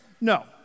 no